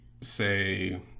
say